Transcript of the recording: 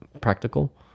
practical